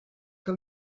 que